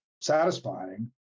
Satisfying